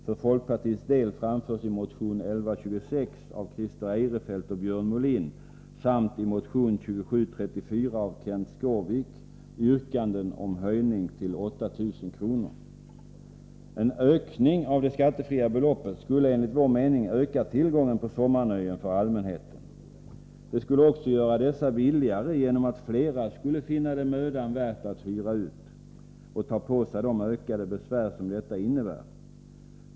För folkpartiets del framförs i motion 1126 av Christer Eirefelt och Björn Molin samt i motion 2734 av Kenth Skårvik yrkanden om en höjning till 8 000 kr. En ökning av det skattefria beloppet skulle enligt vår mening öka tillgången på sommarnöjen för allmänheten. Det skulle också göra dessa billigare genom att flera skulle finna det mödan värt att hyra ut och ta på sig de ökade besvär som en sådan uthyrning innebär.